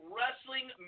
Wrestling